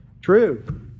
True